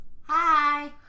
Hi